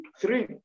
three